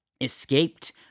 escaped